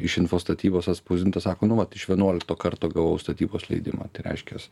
iš info statybos atspausdinta sako nu vat iš vienuolikto karto gavau statybos leidimą reiškias